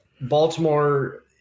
Baltimore –